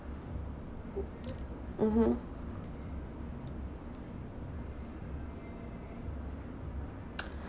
mmhmm